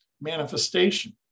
manifestation